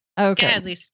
Okay